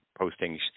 postings